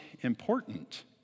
important